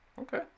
Okay